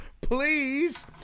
Please